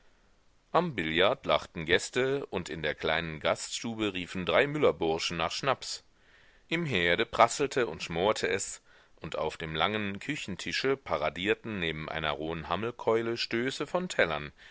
am billard lachten gäste und in der kleinen gaststube riefen drei müllerburschen nach schnaps im herde prasselte und schmorte es und auf dem langen küchentische paradierten neben einer rohen hammelkeule stöße von tellern